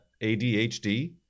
ADHD